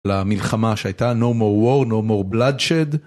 למלחמה שהייתה no more war, no more bloodshed